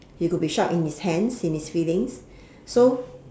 he could be sharp in his hands in his feelings so